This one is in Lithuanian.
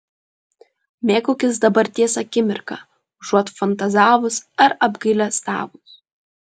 mėgaukis dabarties akimirka užuot fantazavus ar apgailestavus